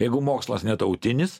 jeigu mokslas ne tautinis